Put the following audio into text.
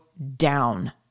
down